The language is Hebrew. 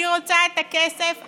אני רוצה את הכסף היום.